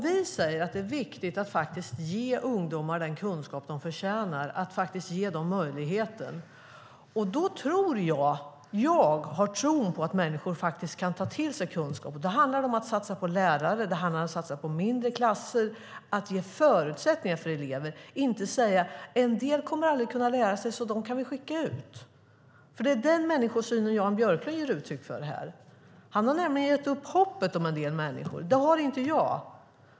Vi säger att det är viktigt att ge ungdomar den kunskap och den möjlighet de förtjänar. Jag tror att människor faktiskt kan ta till sig kunskap. Det handlar om satsa på lärare och mindre klasser och om att ge förutsättningarna för eleverna. Det handlar inte om att säga att en del aldrig kommer att kunna lära sig, så dem kan vi skicka ut. Det är den människosynen Jan Björklund ger uttryck för här. Han har nämligen gett upp hoppet om en del människor. Det har inte jag.